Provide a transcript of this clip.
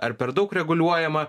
ar per daug reguliuojama